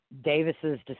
Davis's